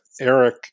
Eric